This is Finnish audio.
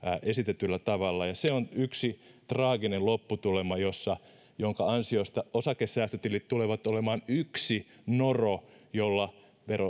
esitetyllä tavalla se on yksi traaginen lopputulema jonka ansiosta osakesäästötilit tulevat olemaan yksi noro jolla